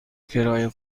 کرایه